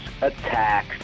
Attacks